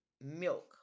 milk